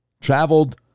traveled